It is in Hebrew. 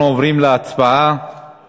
אנחנו עוברים להצבעה על